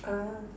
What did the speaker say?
ah